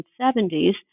1970s